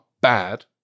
bad